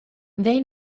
they